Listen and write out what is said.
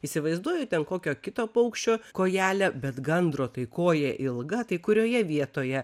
įsivaizduoju ten kokio kito paukščio kojelę bet gandro tai koja ilga tai kurioje vietoje